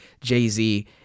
Jay-Z